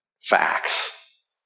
facts